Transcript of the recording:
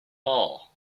hall